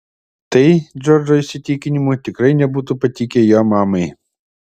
tai džordžo įsitikinimu tikrai nebūtų patikę jo mamai